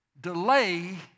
Delay